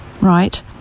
right